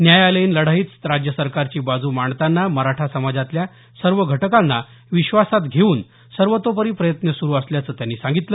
न्यायालयीन लढाईत राज्य सरकारची बाजू मांडताना मराठा समाजातल्या सर्व घटकांना विश्वासात घेऊन सर्वतोपरी प्रयत्न सुरू असल्याचं त्यांनी सांगितलं